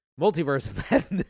multiverse